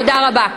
תודה רבה.